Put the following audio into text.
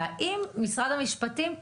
משרד המשפטים,